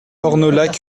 ornolac